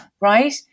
Right